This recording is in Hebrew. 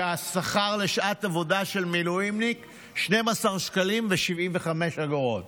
כשהשכר לשעת עבודה של מילואימניק הוא 12 שקלים ו-75 אגורות.